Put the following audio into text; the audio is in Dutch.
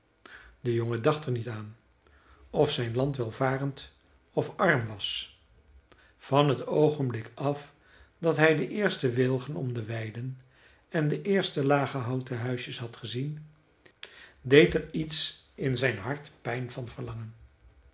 de jongen dacht er niet aan of zijn land welvarend of arm was van het oogenblik af dat hij de eerste wilgen om de weiden en t eerste lage houten huisje had gezien deed er iets in zijn hart pijn van verlangen